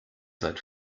seid